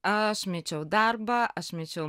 aš mečiau darbą aš mečiau